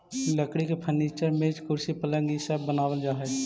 लकड़ी के फर्नीचर, मेज, कुर्सी, पलंग इ सब बनावल जा हई